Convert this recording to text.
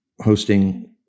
hosting